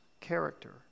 character